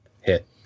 hit